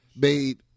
made